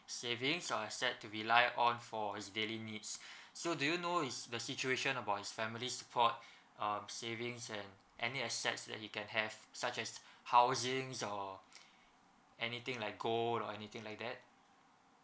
savings or assets to rely on for his daily needs so do you know is the situation about his family support um savings and any access that he can have such as housings or anything like gold or anything like that